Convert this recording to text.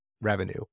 revenue